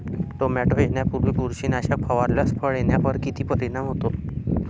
Tomato येण्यापूर्वी बुरशीनाशक फवारल्यास फळ येण्यावर किती परिणाम होतो?